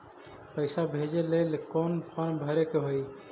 पैसा भेजे लेल कौन फार्म भरे के होई?